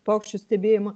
paukščių stebėjimą